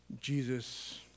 Jesus